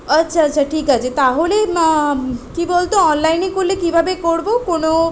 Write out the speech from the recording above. আচ্ছা আচ্ছা ঠিক আছে তাহলে মা কী বল তো অললাইনে করলে কীভাবে করবো কোনো